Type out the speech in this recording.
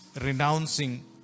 renouncing